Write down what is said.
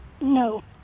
No